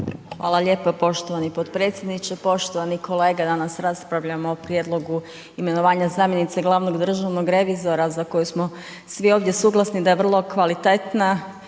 Hvala lijepo poštovani potpredsjedniče. Poštovani kolege, danas raspravljamo o prijedlogu imenovanja zamjenice glavnog državnog revizora za koju smo svi ovdje suglasni da je vrlo kvalitetna